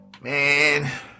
Man